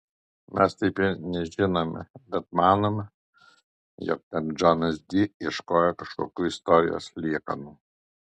mes taip ir nežinome bet manome jog ten džonas di ieškojo kažkokių istorijos liekanų